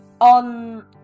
on